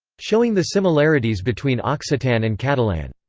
showing the similarities between occitan and catalan.